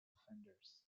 offenders